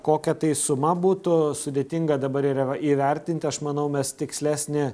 kokia tai suma būtų sudėtinga dabar yra įvertinti aš manau mes tikslesnį